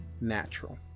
Natural